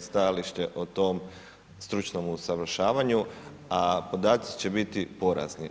stajalište o tom stručnom usavršavanju, a podaci će biti porazni.